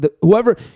Whoever